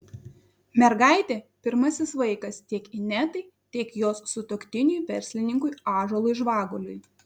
mergaitė pirmasis vaikas tiek inetai tiek jos sutuoktiniui verslininkui ąžuolui žvaguliui